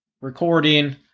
recording